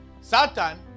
Satan